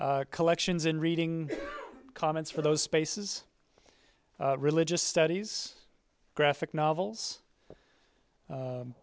way collections in reading comments for those spaces religious studies graphic novels